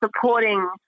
supporting